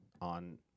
on